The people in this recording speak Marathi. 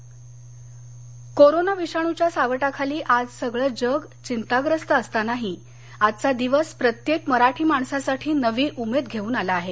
महाराष्ट दिन कोरोना विषाणूच्या सावटाखाली आज सगळं जग चिंताग्रस्त असतानाही आजचा दिवस प्रत्येक मराठी माणसासाठी नवी उमेद घेऊन आला आहे